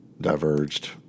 diverged